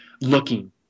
looking